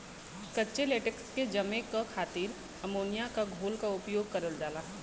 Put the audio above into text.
कच्चे लेटेक्स के जमे क खातिर अमोनिया क घोल क उपयोग करल जाला